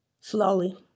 Slowly